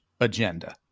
agenda